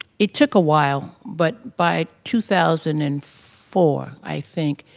it took a while. but by two thousand and four, i think,